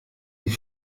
die